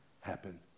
happen